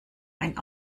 ein